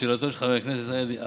לשאלתו של חבר הכנסת סעדי,